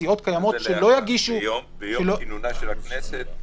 כלומר, ביום כינונה של הכנסת?